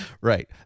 Right